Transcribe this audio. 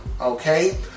okay